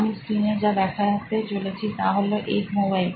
আমি স্ক্রিনে যা দেখাতে চলেছি তা হল এগ মোবাইল